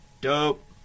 Dope